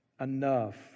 enough